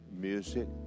music